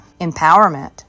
Empowerment